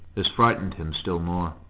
this frightened him still more.